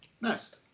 nice